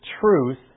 truth